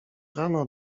rano